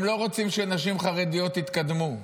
הם לא רוצים שנשים חרדיות יתקדמו.